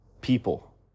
people